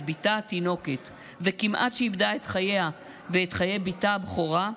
בתה התינוקת וכמעט שאיבדה את חייה ואת חיי בתה הבכורה,